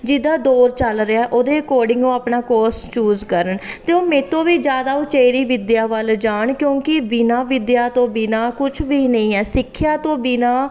ਜਿਹਦਾ ਦੌਰ ਚੱਲ ਰਿਹਾ ਉਹਦੇ ਅਕੋਰਡਿੰਗ ਉਹ ਆਪਣਾ ਕੋਰਸ ਚੂਜ਼ ਕਰਨ ਅਤੇ ਉਹ ਮੇਤੋਂ ਵੀ ਜ਼ਿਆਦਾ ਉਚੇਰੀ ਵਿੱਦਿਆ ਵੱਲ ਜਾਣ ਕਿਉਂਕਿ ਬਿਨਾਂ ਵਿੱਦਿਆ ਤੋਂ ਬਿਨਾਂ ਕੁਛ ਵੀ ਨਹੀਂ ਹੈ ਸਿੱਖਿਆ ਤੋਂ ਬਿਨਾਂ